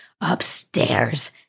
Upstairs